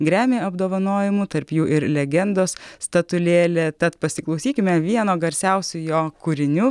gremi apdovanojimų tarp jų ir legendos statulėlė tad pasiklausykime vieno garsiausių jo kūrinių